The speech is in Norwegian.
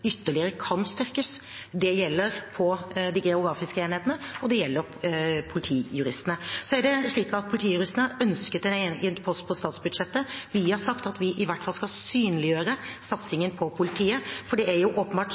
ytterligere kan styrkes. Det gjelder de geografiske enhetene, og det gjelder politijuristene. Så er det slik at politijuristene ønsket en egen post på statsbudsjettet. Vi har sagt at vi i hvert fall skal synliggjøre satsingen på politiet, for det er åpenbart